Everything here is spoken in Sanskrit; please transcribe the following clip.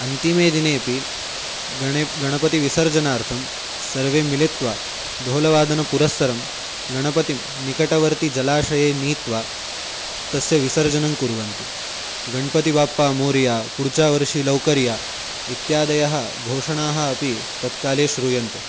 अन्तिमे दिनेऽपि गणेशः गणपतिविसर्जनार्थं सर्वे मिलित्वा ढोलवादनपुरस्सरं गणपतिं निकटवर्तिजलाशये नीत्वा तस्य विसर्जनं कुर्वन्ति गण्पतिबाप्पा मोरिया पुड्चा वर्षिलौकर्या इत्यादयः घोषणाः अपि तत्काले श्रूयन्ते